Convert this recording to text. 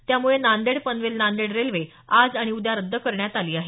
त्यामुळे नांदेड पनवेल नांदेड रेल्वे आज आणि उद्या रद्द करण्यात आली आहे